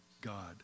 God